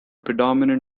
predominant